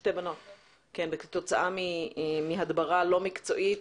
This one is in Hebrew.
שתי בנות כתוצאה מהדברה לא מקצועית,